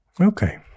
Okay